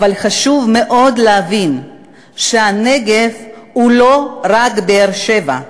אבל חשוב מאוד להבין שהנגב הוא לא רק באר-שבע,